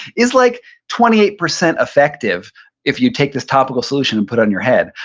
is like twenty eight percent effective if you take this topical solution and put on your head,